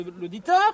l'auditeur